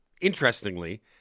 interestingly